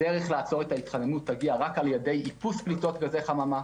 הדרך לעצור את ההתחממות תגיע רק על ידי איפוס פליטות גזי חממה,